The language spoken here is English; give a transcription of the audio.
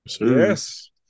yes